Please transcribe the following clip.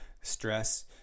stress